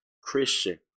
Christian